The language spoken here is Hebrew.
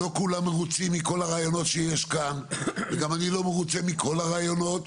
לא כולם מרוצים מכל הרעיונות שיש כאן וגם אני לא מרוצה מכל הרעיונות,